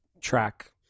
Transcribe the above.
track